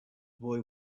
boy